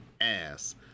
ass